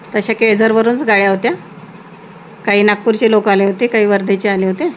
तसे केळझरवरूनच गाड्या होत्या काही नागपूरचे लोक आले होते काही वर्धेचे आले होते